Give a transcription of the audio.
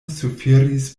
suferis